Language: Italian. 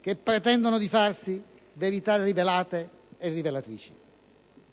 che pretendono di farsi verità rivelate e rivelatrici.